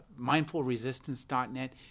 MindfulResistance.net